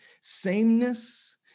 sameness